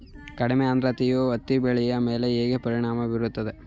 ಕಡಿಮೆ ಆದ್ರತೆಯು ಹತ್ತಿ ಬೆಳೆಯ ಮೇಲೆ ಹೇಗೆ ಪರಿಣಾಮ ಬೀರುತ್ತದೆ?